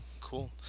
Cool